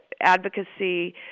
advocacy